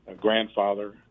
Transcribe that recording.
grandfather